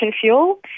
fuel